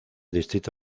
distrito